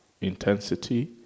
intensity